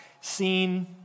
seen